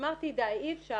אמרתי: די, אי אפשר.